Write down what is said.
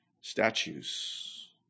statues